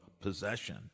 possession